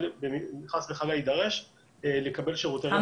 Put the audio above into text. אם חס וחלילה יידרש לקבל שירותי רפואה.